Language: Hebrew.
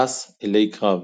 שש אלי קרב,